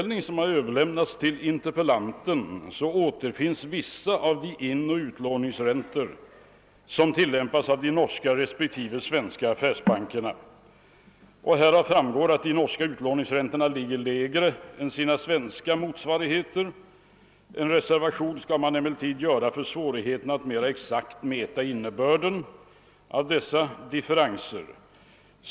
lämnats till interpellanten, återfinns vissa av de inoch utlåningsräntor som tillämpas av de norska respekive svenska affärsbankerna Härav framgår att de norska utlåningsräntorna ligger lägre än sina svenska motsvarigheter. En reservation måste emellertid göras för svårigheterna att mera exakt mäta innebörden av dessa differenser.